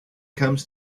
comes